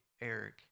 Eric